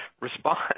respond